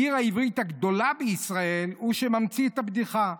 העיר העברית הגדולה בישראל, הוא שממציא את הבדיחה.